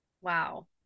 Wow